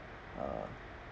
err